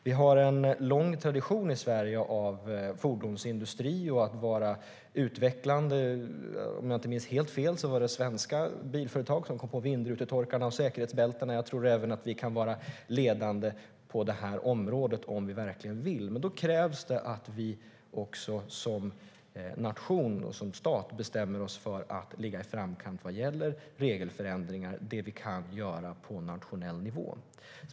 Vi har i Sverige en lång tradition vad gäller fordonsindustri och utveckling. Om jag inte minns helt fel var det svenska bilföretag som kom på vindrutetorkarna och säkerhetsbältet. Jag tror att vi kan vara ledande även på det här området om vi verkligen vill. Men då krävs det att vi som nation, som stat, bestämmer oss för att ligga i framkant vad gäller regeländringar, sådant som vi kan göra på nationell nivå.